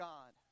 God